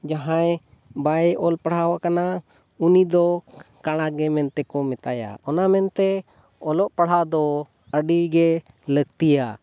ᱡᱟᱦᱟᱸᱭ ᱵᱟᱭ ᱚᱞ ᱯᱟᱲᱦᱟᱣ ᱠᱟᱱᱟ ᱩᱱᱤ ᱫᱚ ᱠᱟᱬᱟ ᱜᱮ ᱢᱮᱱᱛᱮ ᱠᱚ ᱢᱮᱛᱟᱭᱟ ᱚᱱᱟ ᱢᱮᱱᱛᱮ ᱚᱞᱚᱜ ᱯᱟᱲᱦᱟᱣ ᱫᱚ ᱟᱹᱰᱤ ᱜᱮ ᱞᱟᱹᱠᱛᱤᱭᱟ